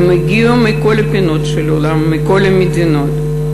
הם הגיעו מכל פינות העולם, מכל המדינות.